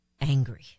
angry